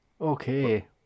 Okay